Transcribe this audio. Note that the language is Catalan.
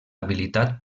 habilitat